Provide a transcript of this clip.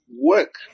work